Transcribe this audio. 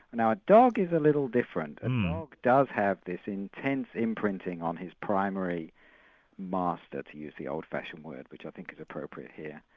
and now a dog is a little different. and a dog does have this intense imprinting on his primary master, to use the old-fashioned word, which i think is appropriate here.